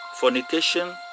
fornication